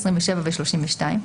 27 ו-32.